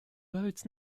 roads